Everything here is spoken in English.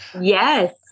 Yes